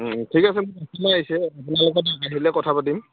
ঠিক আছে আহিলে কথা পাতিম